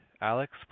Alex